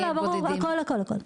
הכל זה כולל ברור,